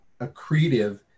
accretive